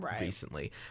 recently